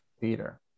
theater